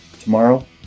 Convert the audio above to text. tomorrow